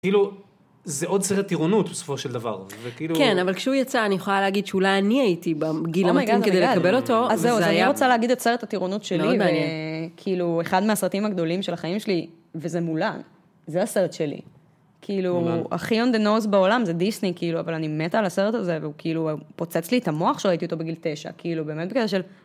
כאילו, זה עוד סרט טירונות, בסופו של דבר, וכאילו... כן, אבל כשהוא יצא, אני יכולה להגיד שאולי אני הייתי בגיל המתאים כדי לקבל אותו. אז זהו, אז אני רוצה להגיד את סרט הטירונות שלי. מאוד מעניין. כאילו, אחד מהסרטים הגדולים של החיים שלי, וזה מולה, זה הסרט שלי. כאילו, הכי on the nose בעולם זה דיסני, כאילו, אבל אני מתה על הסרט הזה, וכאילו, הוא פוצץ לי את המוח שראיתי אותו בגיל תשע. כאילו, באמת, בקטע של...